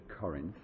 Corinth